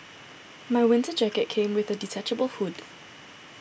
my winter jacket came with a detachable hood